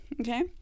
okay